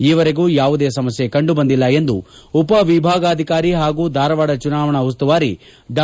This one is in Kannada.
ಈವರೆಗೂ ಯಾವುದೇ ಸಮಸ್ಯೆ ಕಂಡುಬಂದಿಲ್ಲ ಎಂದು ಉಪ ವಿಭಾಗಾಧಿಕಾರಿ ಹಾಗೂ ಧಾರವಾಡ ಚುನಾವಣಾ ಉಸ್ತುವಾರಿ ಡಾ